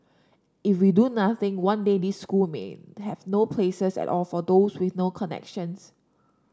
if we do nothing one day these school may have no places at all for those with no connections